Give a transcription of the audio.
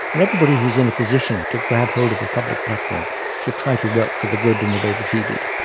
and everybody who's in a position to grab hold of a public platform should try to work for the good in the way that he did.